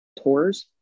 tours